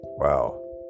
Wow